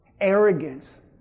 arrogance